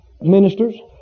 ministers